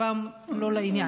טיפה לא לעניין.